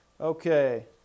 Okay